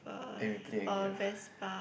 eh we play a game